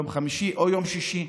יום חמישי, או ביום שישי.